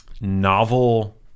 novel